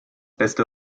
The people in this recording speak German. beste